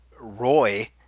roy